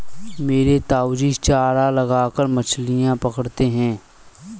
मेरे ताऊजी चारा लगाकर मछलियां पकड़ते हैं